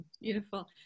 Beautiful